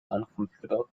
uncomfortable